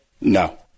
No